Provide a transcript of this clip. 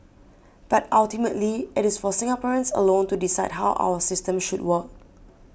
but ultimately it is for Singaporeans alone to decide how our system should work